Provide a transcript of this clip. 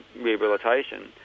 rehabilitation